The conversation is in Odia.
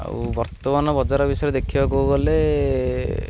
ଆଉ ବର୍ତ୍ତମାନ ବଜାର ବିଷୟରେ ଦେଖିବାକୁ ଗଲେ